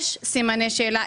יש סימני שאלה.